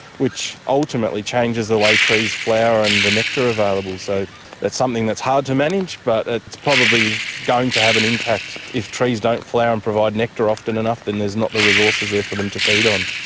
which ultimately changes the way trees flower and the nectar available. so that's something that's hard to manage but it's probably going to have an impact if trees don't flower and provide nectar often enough then there is not the resources there for them to feed on.